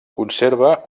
conserva